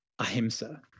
ahimsa